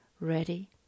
ready